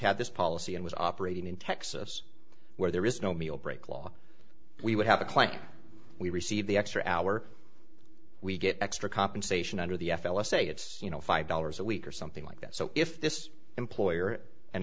had this policy and was operating in texas where there is no meal break law we would have a claim we receive the extra hour we get extra compensation under the f l s a it's you know five dollars a week or something like that so if this employer an